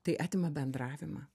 tai atima bendravimą